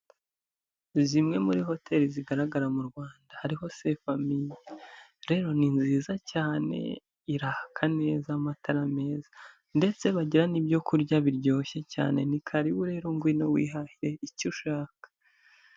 Zimwe muri hoteli zigaragara mu Rwanda, hariho Sainte famille rero ni nziza cyane iraka neza amatara meza ndetse bagira n'ibyo kurya biryoshye cyane ni karibu rero ngwino wihahire icyo ushaka.